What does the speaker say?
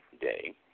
Day